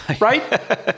right